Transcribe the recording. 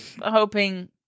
hoping